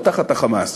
לא תחת ה"חמאס",